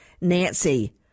nancy